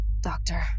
doctor